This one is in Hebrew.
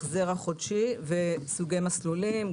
החזר החודשי וסוגי מסלולים,